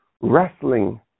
wrestling